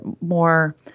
more